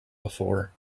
before